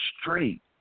straight